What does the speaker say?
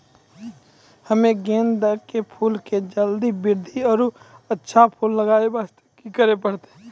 हम्मे गेंदा के फूल के जल्दी बृद्धि आरु अच्छा फूल लगय वास्ते की करे परतै?